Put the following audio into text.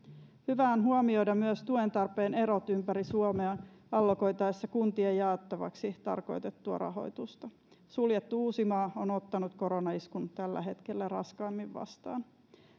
hyvä on huomioida myös tuen tarpeen erot ympäri suomea allokoitaessa kuntien jaettavaksi tarkoitettua rahoitusta suljettu uusimaa on ottanut koronaiskun tällä hetkellä raskaimmin vastaan